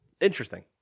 interesting